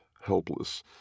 helpless